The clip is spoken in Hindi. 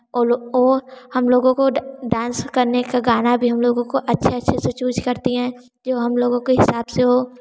और वह हम लोगों को डांस करने का गाना भी हम लोगों को अच्छे अच्छे से चूज करती हैं जो हम लोगों के हिसाब से हो